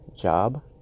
job